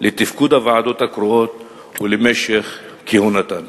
לתפקוד הוועדות הקרואות ולמשך כהונתן".